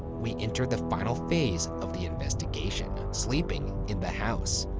we enter the final phase of the investigation, sleeping in the house.